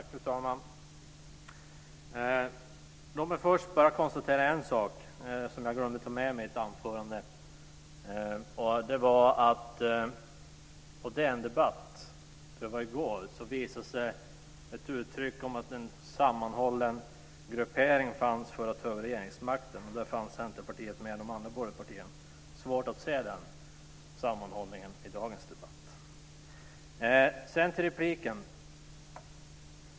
Fru talman! Låt mig först bara konstatera en sak som jag glömde ta med i mitt anförande. På DN Debatt i går gavs uttryck för att det fanns en sammanhållen gruppering för att ta över regeringsmakten. Där fanns Centerpartiet med bland de andra borgerliga partierna. Det är svårt att se den sammanhållningen i dagens debatt.